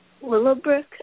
Willowbrook